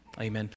Amen